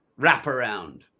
wraparound